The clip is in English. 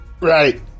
right